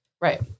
Right